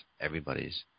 everybody's